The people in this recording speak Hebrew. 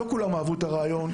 לא כולם אהבו את הרעיון.